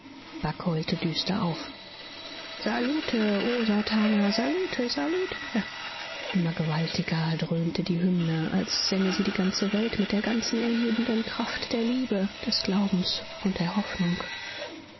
bagh heulte düster auf salute o satana salute salute immer gewaltiger dröhnte die hymne als sänge sie die ganze welt mit der ganzen erhebenden kraft der liebe des glaubens und der hoffnung